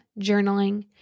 journaling